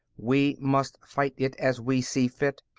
we must fight it as we see fit.